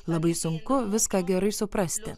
labai sunku viską gerai suprasti